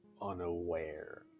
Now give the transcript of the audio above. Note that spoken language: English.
unaware